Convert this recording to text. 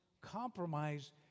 compromise